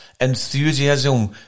enthusiasm